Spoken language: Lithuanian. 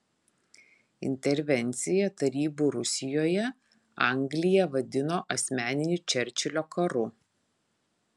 intervenciją tarybų rusijoje anglija vadino asmeniniu čerčilio karu